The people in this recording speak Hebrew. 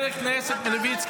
די, מספיק.